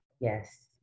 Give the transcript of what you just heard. Yes